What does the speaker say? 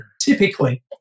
typically